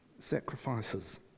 sacrifices